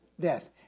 Death